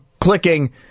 clicking